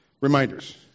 Reminders